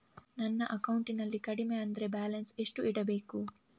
ನನ್ನ ಅಕೌಂಟಿನಲ್ಲಿ ಕಡಿಮೆ ಅಂದ್ರೆ ಬ್ಯಾಲೆನ್ಸ್ ಎಷ್ಟು ಇಡಬೇಕು?